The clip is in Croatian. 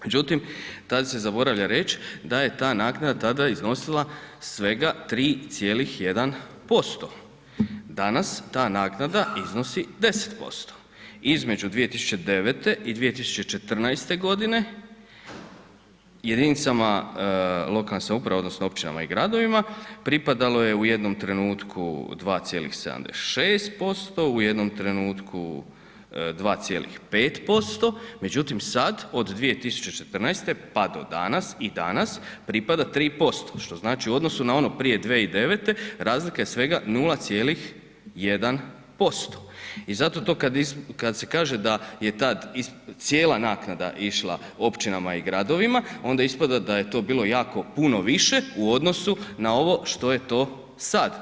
Međutim, tad se zaboravlja reć da je ta naknada tada iznosila svega 3,1%, danas ta naknada iznosi 10%, između 2009. i 2014.g. jedinicama lokalne samouprave odnosno općinama i gradovima pripadalo je u jednom trenutku 2,76%, u jednom trenutku 2,5%, međutim, sad od 2014., pa do danas i danas pripada 3%, što znači u odnosu na ono prije 2009. razlika je svega 0,1% i zato to kad se kaže da je tad cijela naknada išla općinama i gradovima onda ispada da je to bilo jako puno više u odnosu na ovo što je to sad.